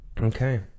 Okay